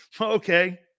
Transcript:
Okay